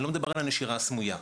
אני לא מדבר על הנשירה הסמויה,